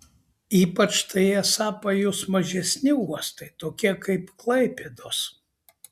ypač tai esą pajus mažesni uostai tokie kaip klaipėdos